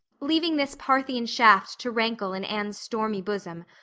leaving this parthian shaft to rankle in anne's stormy bosom,